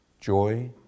joy